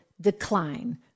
decline